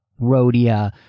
rhodia